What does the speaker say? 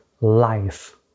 life